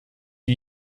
die